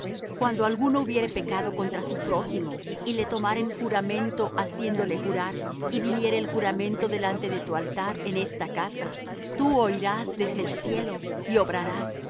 cuando alguno hubiere pecado contra su prójimo y le tomaren juramento haciéndole jurar y viniere el juramento delante de tu altar en esta casa tú oirás desde el cielo y obrarás